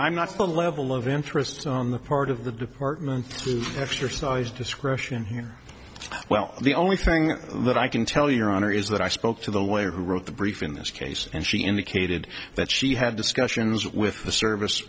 i'm not at the level of interest on the part of the department exercise discretion here well the only thing that i can tell your honor is that i spoke to the way who wrote the brief in this case and she indicated that she had discussions with the service